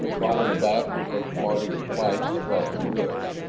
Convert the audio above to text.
falling back with a smarting slash across the ribs.